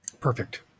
Perfect